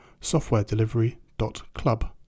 softwaredelivery.club